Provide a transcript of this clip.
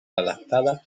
adaptada